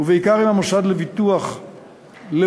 ובעיקר עם המוסד לביטוח לאומי,